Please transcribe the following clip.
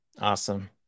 Awesome